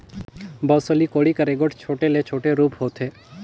बउसली कोड़ी कर एगोट छोटे ले छोटे रूप होथे